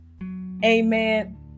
amen